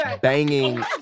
banging